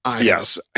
yes